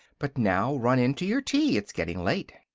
but now run in to your tea it's getting late.